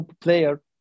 player